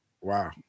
Wow